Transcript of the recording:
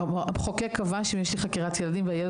המחוקק קבע שאם יש לי חקירת ילדים והילד